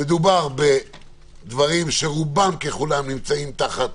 מדובר בדברים שרובם ככולם נמצאים תחת